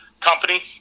company